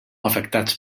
afectats